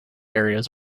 areas